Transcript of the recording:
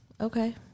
Okay